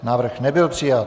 Návrh nebyl přijat.